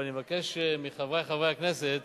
ואני מבקש מחברי חברי הכנסת